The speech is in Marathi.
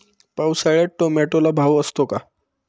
पावसाळ्यात टोमॅटोला भाव असतो का?